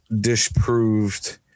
disproved